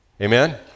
Amen